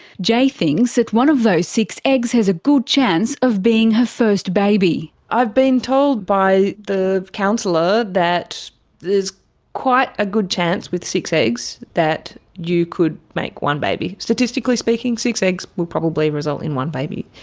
jay thinks that one of those six eggs has a good chance of being her first baby. i've been told by the councillor that there's quite a good chance with six eggs that you could make one baby. statistically speaking, six eggs would probably result in one baby.